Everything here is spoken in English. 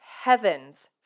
heavens